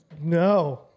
No